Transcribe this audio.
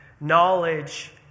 knowledge